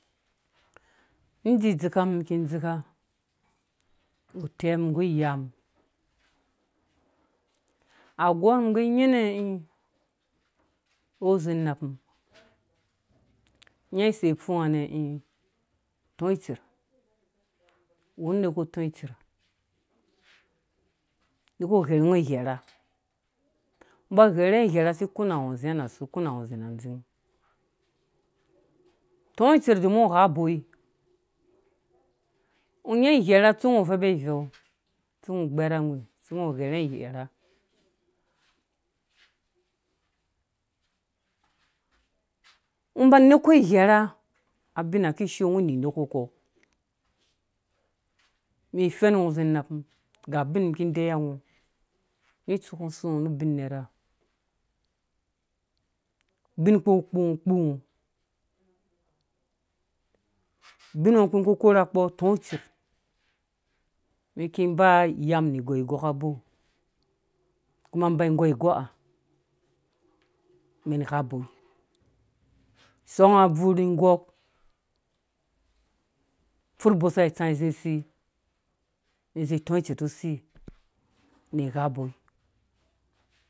Ni dzidzeka mum ki dzeka utɛ mum nggu iya mum agɔr mum gɛ nyanɛ ĩ oh zei napmum nya sei pfunga nɛ ĩ tsɔser wunerh ku tɔtser nepu ghɛrungɔ ghɛrha ba gbɛrungɔ ghɛrha si kũna ngɔ zĩ na dzing tɔtser domin ngɔ gha boi gnɔ nya ighɛrha tsu ngɔ uvepo iveu tsu ngɔ gbɛrawhi tsu ngɔ ghɛrungɔ ghɛrha ngɔ ba nekukɔ ighɛrha abina kishoo ngɔ ninekukɔ mi fɛn ngɔ zĩ. napmum ga ubin mum ki deyiwa ngɔ ne tsukɔ su ngɔ nu bin nerha bin kuwu kpungɔ wu kpungɔ bin ngɔ kpii ku kora kpoto tɔtser miki mba gɔigo na bɔ kuma mum ba gɔigɔ ha mɛn sɔng abvur ni igɔ furh bɔsa tsã zĩ si mɛn zĩ tɔtser tu si ni gha boi.